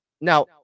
Now